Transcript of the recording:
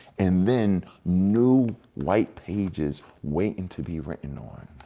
and then new white pages waiting to be written on.